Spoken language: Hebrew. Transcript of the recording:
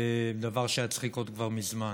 דבר שהיה צריך לקרות כבר מזמן.